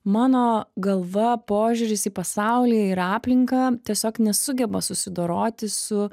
mano galva požiūris į pasaulį ir aplinką tiesiog nesugeba susidoroti su